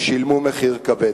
ושילמו מחיר כבד.